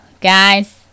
guys